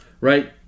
Right